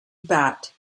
bat